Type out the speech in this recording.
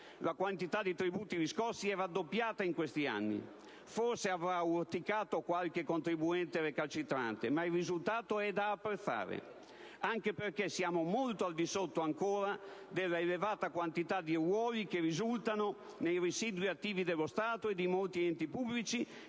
La quantità di tributi riscossi è raddoppiata in questi anni: forse avrà urticato qualche contribuente recalcitrante, ma il risultato è da apprezzare, anche perché siamo ancora molto al di sotto della elevata quantità di ruoli che risultano nei residui attivi dello Stato e di molti enti pubblici,